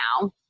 now